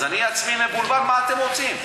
אז אני עצמי מבולבל מה אתם רוצים.